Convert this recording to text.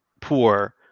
poor